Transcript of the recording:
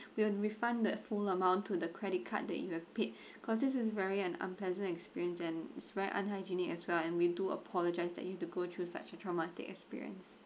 we will refund that full amount to the credit card that you have paid cause this is very an unpleasant experience and it's very unhygienic as well and we do apologise that you have to go through such a traumatic experience